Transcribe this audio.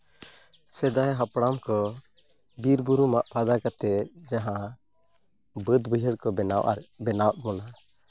ᱥᱮᱫᱟᱭ ᱦᱟᱯᱲᱟᱢ ᱠᱚ ᱵᱤᱨᱼᱵᱩᱨᱩ ᱢᱟᱜ ᱯᱷᱟᱫᱟ ᱠᱟᱛᱮᱫ ᱡᱟᱦᱟᱸ ᱵᱟᱹᱫᱽ ᱵᱟᱹᱭᱦᱟᱹᱲ ᱠᱚ ᱵᱮᱱᱟᱣᱟᱫ ᱵᱚᱱᱟ